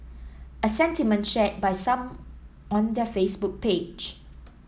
a sentiment shared by some on their Facebook page